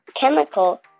chemical